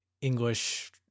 English